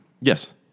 Yes